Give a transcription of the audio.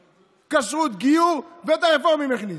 כשרות, גיור ואת הרפורמים הכניס.